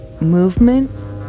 movement